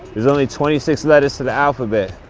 there's only twenty six letters to the alphabet.